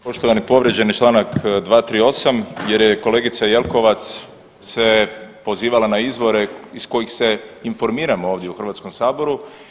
Poštovani, povrijeđen je Članak 238. jer je kolegica Jelkovac se pozivala na izvore iz kojih se informiramo ovdje u Hrvatskom saboru.